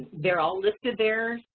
they're all listed there,